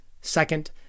second